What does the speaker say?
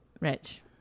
rich